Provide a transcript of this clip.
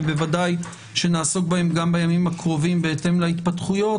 ובוודאי שנעסוק בהם גם בימים הקרובים בהתאם להתפתחויות,